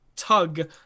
Tug